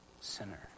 sinner